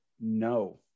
no